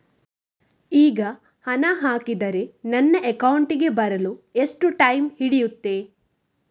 ಈಗ ಹಣ ಹಾಕಿದ್ರೆ ನನ್ನ ಅಕೌಂಟಿಗೆ ಬರಲು ಎಷ್ಟು ಟೈಮ್ ಹಿಡಿಯುತ್ತೆ?